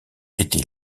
était